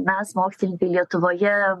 mes mokslininkai lietuvoje